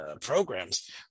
programs